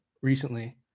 recently